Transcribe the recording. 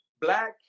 black